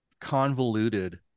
convoluted